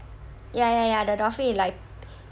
ya ya ya the dolphin like